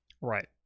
Right